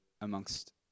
amongst